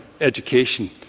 education